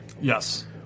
Yes